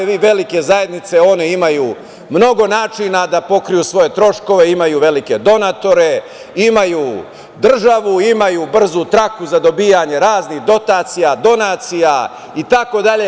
Velike zajednice imaju mnogo načina da pokriju svoje troškove, imaju velike donatore, imaju državu, imaju brzu traku za dobijanje raznih dotacija, donacija itd.